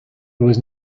was